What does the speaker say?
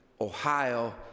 Ohio